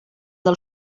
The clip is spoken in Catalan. del